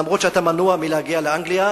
אף שאתה מנוע מלהגיע לאנגליה,